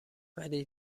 ولی